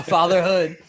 Fatherhood